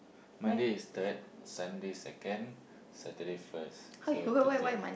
Monday is third Sunday second Saturday first so thirtieth